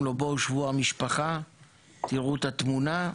לו בואו שבו המשפחה תראו את התמונה,